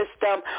system